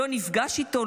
ולא נפגש איתו,